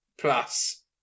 plus